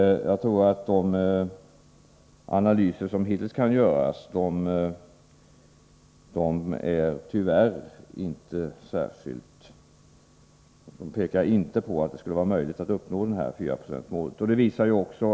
De analyser som hittills kunnat göras pekar inte på att det skulle vara möjligt att uppnå fyraprocentsmålet.